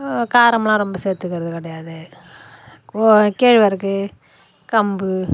காரம் எல்லாம் ரொம்ப சேர்த்துக்கிறது கிடையாது கேழ்வரகு கம்பு